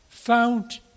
Found